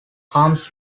comes